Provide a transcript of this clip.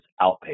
outpatient